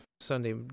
Sunday